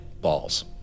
balls